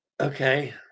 Okay